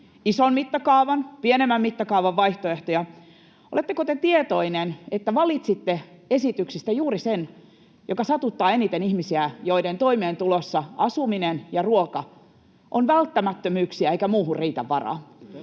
ison mittakaavan ja pienemmän mittakaavan vaihtoehtoja. Oletteko te tietoinen, että valitsitte esityksistä juuri sen, joka satuttaa eniten ihmisiä, joiden toimeentulossa asuminen ja ruoka ovat välttämättömyyksiä eikä muuhun riitä varaa?